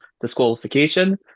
disqualification